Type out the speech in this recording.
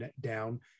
down